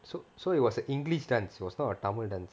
so so it was a english dance was not a tamil dance